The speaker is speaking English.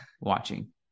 watching